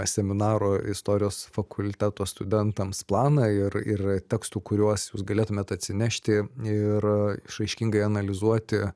seminaro istorijos fakulteto studentams planą ir ir tekstų kuriuos jūs galėtumėt atsinešti ir išraiškingai analizuoti